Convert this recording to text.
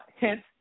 Hence